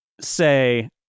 say